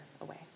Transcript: away